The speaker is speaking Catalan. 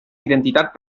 identitat